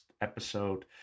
episode